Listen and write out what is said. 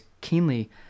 keenly